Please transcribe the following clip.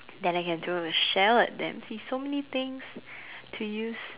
then I can throw the shell at them see so many things to use